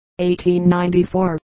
1894